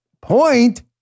Point